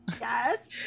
Yes